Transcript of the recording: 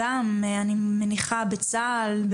אני מניחה בצה"ל,